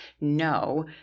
no